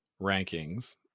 rankings